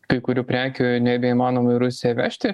kai kurių prekių nebeįmanoma į rusiją vežti